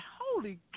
Holy